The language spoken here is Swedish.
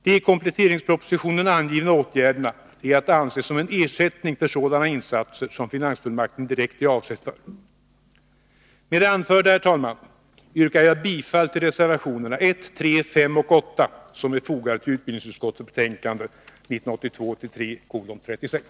De i kompletteringspropositionen angivna åtgärderna är att anse som en ersättning för sådana insatser som finansfullmakten direkt är avsedd för. Med det anförda, herr talman, yrkar jag bifall till reservationerna 1,3, 5 och 8, som är fogade till utbildningsutskottets betänkande 1982/83:36.